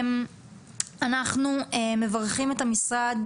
אנחנו מברכים את המשרד